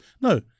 No